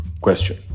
question